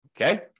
Okay